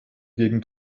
gegen